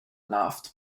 laughed